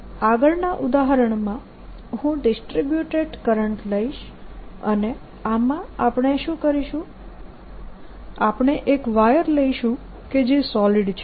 dr02πIabdrr02πln ILI L02πln આગળનાં ઉદાહરણમાં હું ડિસ્ટ્રીબ્યુટેડ કરંટ લઈશ અને આમાં આપણે શું કરીશું આપણે એક વાયર લઈશુ કે જે સોલિડ છે